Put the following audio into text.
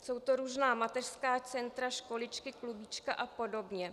Jsou to různá mateřská centra, školičky, Klubíčka apod.